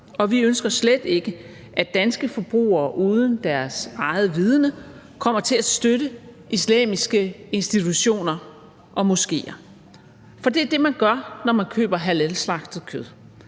og vi ønsker slet ikke, at danske forbrugere uden deres eget vidende kommer til at støtte islamiske institutioner og moskéer. For det er det, man gør, når man køber halalslagtet kød.